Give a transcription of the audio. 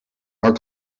our